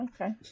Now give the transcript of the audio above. Okay